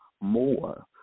more